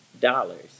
dollars